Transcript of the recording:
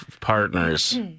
partners